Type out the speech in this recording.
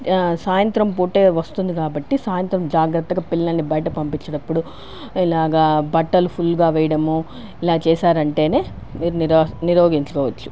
సాయంత్రం పూటే వస్తుంది కాబట్టి సాయంత్రం జాగ్రత్తగా పిల్లల్ని బయట పంపించేటప్పుడు ఇలాగా బట్టలు ఫుల్గా వేయడమూ ఇలా చేశారు అంటేనే మీరు ని నిరోధించవచ్చు